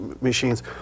machines